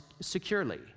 securely